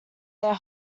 their